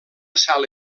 sala